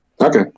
Okay